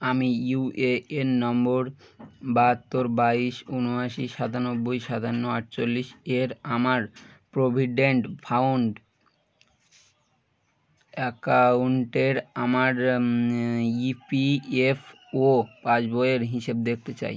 আমি U A N number বাহাত্তর বাইশ ঊনআশি সাতানব্বই সাতান্ন আটচল্লিশ এর আমার প্রভিডেন্ট ফান্ড অ্যাকাউন্টের আমার ই পি এফ ও পাসবইয়ের হিসেব দেখতে চাই